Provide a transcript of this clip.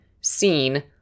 seen